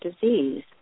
disease